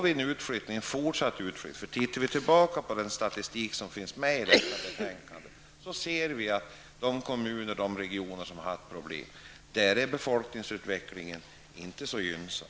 Tittar vi på den statistik som finns med i betänkandet ser vi att befolkningsutvecklingen inte är så gynnsam i de kommuner och regioner som haft problem.